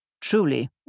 Truly